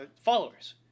followers